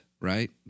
right